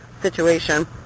situation